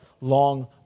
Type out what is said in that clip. long